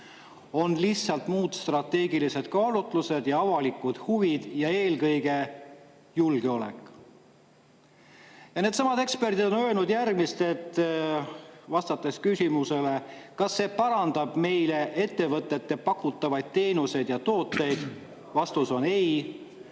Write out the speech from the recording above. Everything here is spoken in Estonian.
vaid on muud strateegilised kaalutlused ja avalikud huvid, eelkõige julgeolek. Needsamad eksperdid on vastanud järgmistele küsimustele. Kas see parandab ettevõtete pakutavaid teenuseid ja tooteid? Vastus on ei.